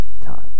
time